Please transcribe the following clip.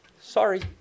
Sorry